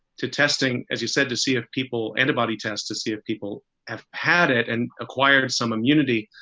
to testing, as you said, to see if people antibody tests, to see if people have had it and acquired some immunity,